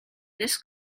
this